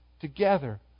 together